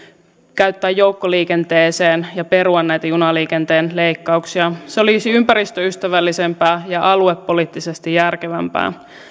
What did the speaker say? käyttää joukkoliikenteeseen ja perua näitä junaliikenteen leikkauksia se olisi ympäristöystävällisempää ja aluepoliittisesti järkevämpää